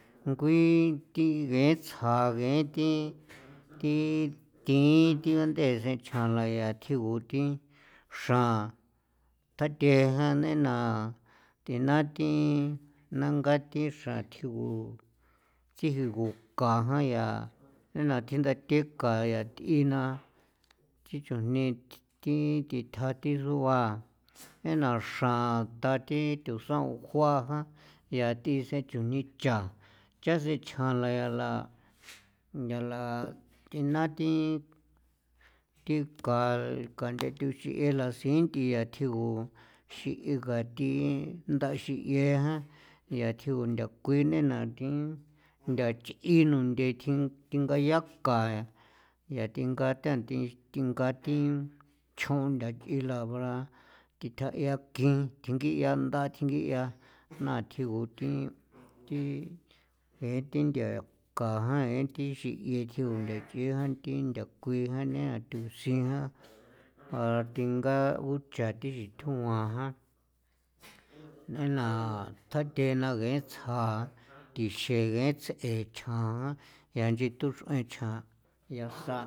Ngui thi ngee tsja ngee thi thi thiin thi ndee thi chjaala yaa tjigu thi xran tathee jan na nei na thi naa thi nangaa thi xran tjigu tjigu kaa jan yaa nei na thi ndathjen ka yaa thi inaa thi chujni thii thi thitjaa thirua nei na xra ta thi thusan kua jan yaa thi tsje chujni chaan chasen chjala yaala nthala thi naa thi thi ka kanthethuchiela sinthiia tjigu xi ngathii ndaxin yeejan yaa thjio ntha kuin nei na thi ntha chji'i nunthe thingayaa ka yaa thi thinga than thi thinga thi chjon ntha thi labra thji thjaiaua khji thjingi'a nda thjingi'a jna tjigu thi thi jee thi thia kajain thi xikjio tjigu thi tjigu thi nthakui jan nei ntha thusin jan jaa thinga jucha thi thjuan nei na thjathena ngee tsja thixegee ngee tsee chjan yaa inchi thuxrueen chjan yaa sa.